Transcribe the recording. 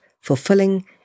fulfilling